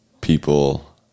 People